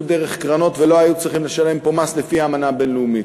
דרך קרנות ולא היו צריכים לשלם פה מס לפי האמנה הבין-לאומית.